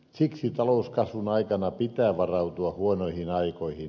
siksi talouskasvun aikana pitää varautua huonoihin aikoihin